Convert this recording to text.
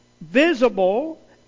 visible